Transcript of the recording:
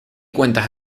cuentas